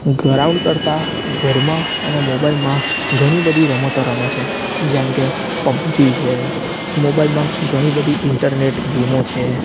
ground કરતા ઘરમાં અને મોબાઈલમાં ઘણી બધી રમતો રમે છે જેમકે પબજી છે મોબાઈલમાં ઘણી બધી ઈન્ટરનેટ ગેમો છે